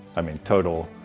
i mean, total.